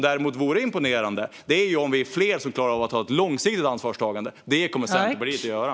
Däremot vore det imponerande om vi var fler som klarade av att ta ett långsiktigt ansvar. Det kommer Centerpartiet att göra.